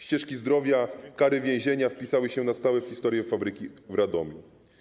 Ścieżki zdrowia, kary więzienia wpisały się na stałe w historię fabryki w Radomiu.